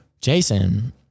Jason